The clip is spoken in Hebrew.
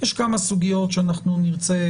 לגבי כמה סוגיות שאנחנו נרצה